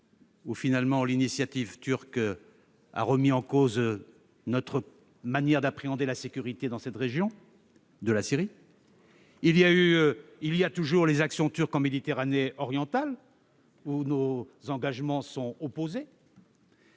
où l'initiative turque a remis en cause notre manière d'appréhender la sécurité dans cette région, ou encore les actions turques en Méditerranée orientale, où nos engagements sont opposés,